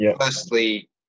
Firstly